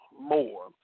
more